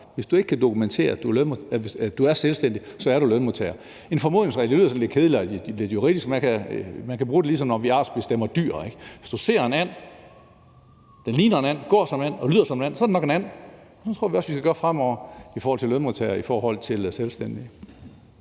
Hvis du ikke kan dokumentere, at du er selvstændig, så er du lønmodtager. En formodningsregel lyder sådan lidt kedeligt og lidt juridisk. Man kan bruge det, ligesom når vi artsbestemmer dyr. Hvis du ser and, der ligner en and, går som en and og lyder som en and, så er det nok en and. Sådan tror jeg også, vi skal gøre fremover i forhold til lønmodtagere og selvstændige.